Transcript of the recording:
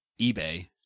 eBay